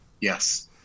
yes